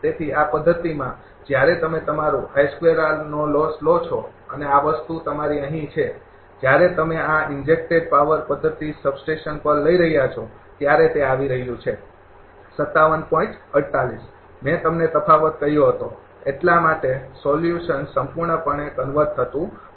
તેથી આ પદ્ધતિમાં જ્યારે તમે તમારું નો લોસ લો છો અને આ વસ્તુ તમારી અહીં છે જ્યારે તમે આ ઇન્જેક્ટેડ પાવર પદ્ધતિ સબસ્ટેશન પર લઈ રહ્યા છો ત્યારે તે આવી રહ્યું છે મેં તમને તફાવત કહ્યો હતો એટલા માટે સોલ્યુસન સંપૂર્ણપણે કન્વર્જ થતું નથી